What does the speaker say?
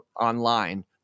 online